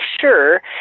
sure